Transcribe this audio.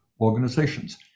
organizations